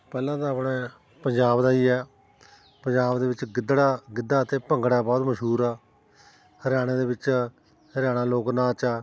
ਪਹਿਲਾਂ ਤਾਂ ਆਪਣਾ ਪੰਜਾਬ ਦਾ ਹੀ ਹੈ ਪੰਜਾਬ ਦੇ ਵਿੱਚ ਗਿੱਦੜਾ ਗਿੱਧਾ ਅਤੇ ਭੰਗੜਾ ਬਹੁਤ ਮਸ਼ਹੂਰ ਆ ਹਰਿਆਣੇ ਦੇ ਵਿੱਚ ਹਰਿਆਣਾ ਲੋਕ ਨਾਚ ਆ